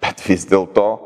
bet vis dėl to